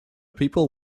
people